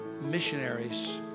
missionaries